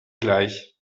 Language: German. gleich